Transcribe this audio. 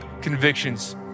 convictions